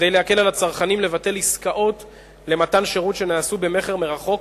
כדי להקל על הצרכנים לבטל עסקאות למתן שירות שנעשו במכר מרחוק,